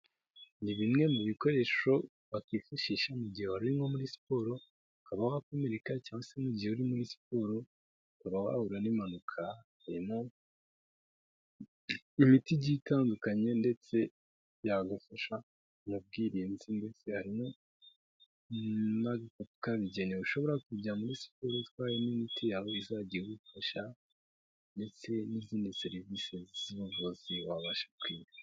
Ni bimwe mu bikoresho wakwifashisha mu gihe uri muri siporo ukaba wakomereka cyangwa se mugihe uri muri siporo ukaba wahura n'impanuka harimo imiti igiye itandukanye ndetse yagufasha mubwirinzi ndetse harimo n'agafuka ushobora kujya muri siporo utwaye imiti yawe izajya igufasha ndetse n'izindi serivisi z'ubuvuzi wabasha kwiga.